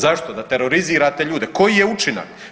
Zašto, da terorizirate ljude, koji je učinak?